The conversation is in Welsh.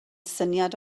syniad